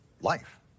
life